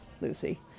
Lucy